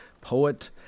poet